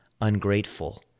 ungrateful